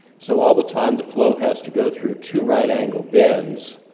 so all the time the flow has to go through two right angle bends